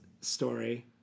story